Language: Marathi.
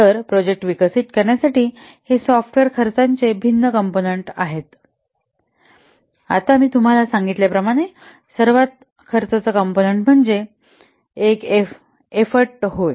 तर प्रोजेक्ट विकसित करण्यासाठी हे सॉफ्टवेअर खर्चाचे भिन्न कॉम्पोनन्ट आहेत आता मी तुम्हाला सांगितल्याप्रमाणे सर्वात खर्चाचा कॉम्पोनन्ट म्हणजे एक एफ्फोर्ट होय